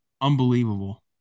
Unbelievable